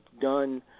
done